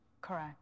Correct